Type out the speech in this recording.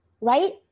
right